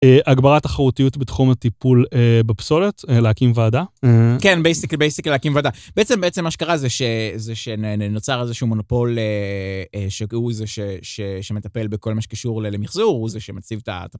הגברת התחרותיות בתחום הטיפול בפסולת להקים ועדה. כן, בעצם להקים ועדה, בעצם מה שקרה זה שנוצר איזשהו מונופול שהוא זה שמטפל בכל מה שקשור למחזור, הוא זה שמציב את ה...